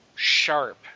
sharp